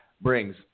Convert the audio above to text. brings